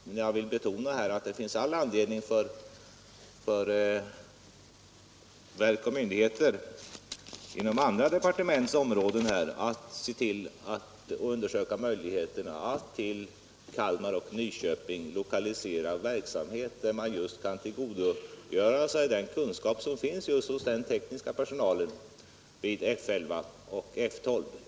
Men jag vill betona att det finns all anledning för verk och myndigheter inom andra departements områden att undersöka möjligheterna att till Kalmar och Nyköping lokalisera verksamheter där man kan tillgodogöra sig den kunskap som finns just hos den tekniska personalen vid F 11 och F 12.